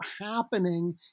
happening